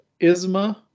Isma